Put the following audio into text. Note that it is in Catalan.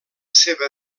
seva